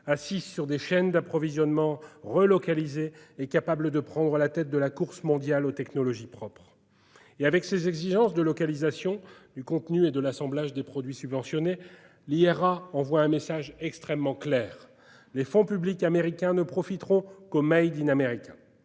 assise sur des chaînes d'approvisionnement relocalisées et capable de prendre la tête de la course mondiale aux technologies propres. Avec ses exigences de localisation du contenu et de l'assemblage des produits subventionnés, l'IRA envoie un message extrêmement clair : les fonds publics américains ne profiteront qu'au. Ce faisant,